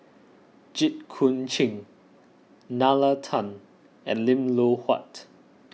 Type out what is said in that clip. Jit Koon Ch'ng Nalla Tan and Lim Loh Huat